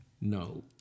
No